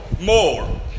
more